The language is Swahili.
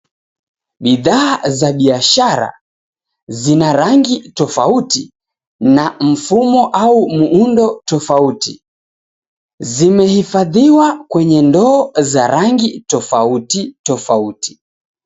Bidhaa za biashara, zina rangi tofauti na mfumo au muundo tofauti. Zimehifandiwa kwenye ndoo za rangi tofauti tofauti.